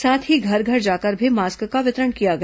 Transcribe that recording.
साथ ही घर घर जाकर भी मास्क का वितरण किया गया